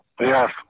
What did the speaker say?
Yes